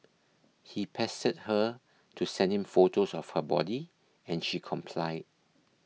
he pestered her to send him photos of her body and she complied